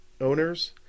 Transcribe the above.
owners